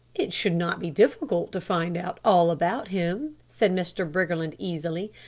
it should not be difficult to find out all about him, said mr. briggerland easily.